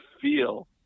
feel